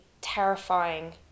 terrifying